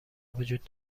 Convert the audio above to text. وجود